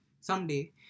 someday